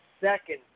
second